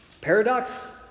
Paradox